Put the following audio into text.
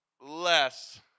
less